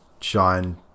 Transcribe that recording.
shine